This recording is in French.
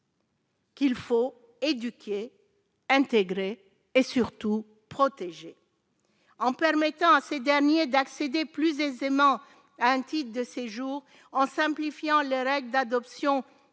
Qu'il faut éduquer intégré et surtout protéger en permettant à ces derniers d'accéder plus aisément à un type de séjour en simplifiant les règles d'adoption